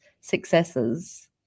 successes